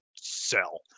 sell